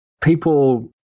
People